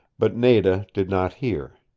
but nada did not hear.